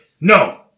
no